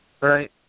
Right